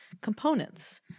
components